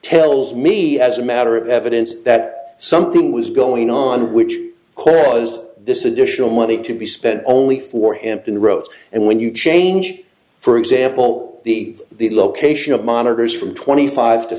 tells me as a matter of evidence that something was going on which caused this additional money to be spent only for hampton roads and when you change for example the the location of monitors from twenty five to